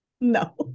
No